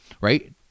right